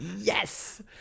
yes